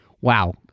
wow